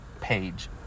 page